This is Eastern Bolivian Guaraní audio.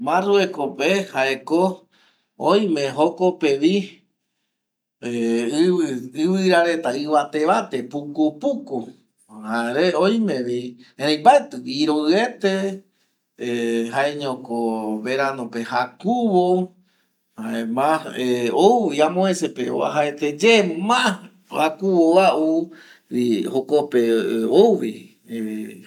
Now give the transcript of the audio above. Marruecos pe ko jaeko oime jokope vi ˂hesitation˃ ivieareta ivate vate puku puku jare oime vi, erei mbaeti vi iroi ete ˂hesitation˃ jaeño ko verano pe jakuvo jaema ouvi amovese pe uajaete ye ma jakuvo va ou vi jokope ou vi.